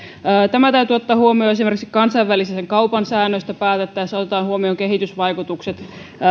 tämä täytyy ottaa huomioon esimerkiksi kansainvälisen kaupan säännöistä päätettäessä otetaan huomioon kehitysvaikutukset